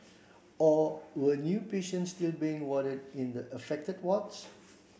or were new patients still being warded in the affected wards